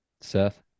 Seth